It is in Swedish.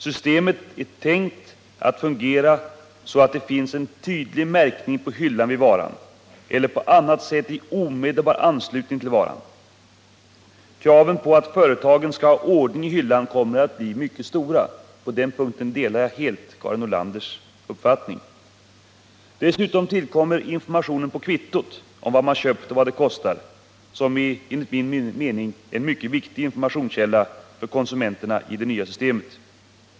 Systemet är tänkt att fungera så, att det på hyllan vid varan eller på annat sätt i omedelbar anslutning till varan skall finnas en tydlig märkning. Kraven på att företagen skall ha ordning i hyllorna kommeraatt bli mycket stora. På den punkten delar jag helt Karin Nordlanders uppfattning. Dessutom tillkommer informationen på kvittot om vad man har köpt och vad det kostar. Det är enligt min mening en för konsumenten mycket viktig informationskälla i det nya systemet.